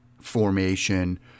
formation